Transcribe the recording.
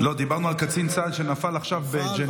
לא, דיברנו על קצין צה"ל שנפל עכשיו בג'נין.